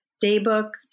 Daybook